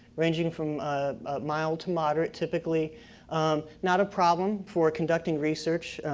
ranging from ah mild to moderate, typically not a problem for conducting research.